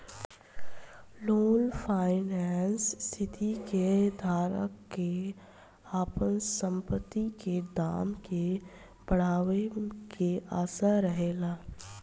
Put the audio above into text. long finance के स्थिति में धारक के आपन संपत्ति के दाम के बढ़ावे के आशा रहेला